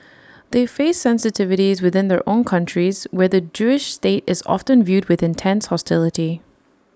they face sensitivities within their own countries where the Jewish state is often viewed with intense hostility